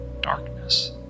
darkness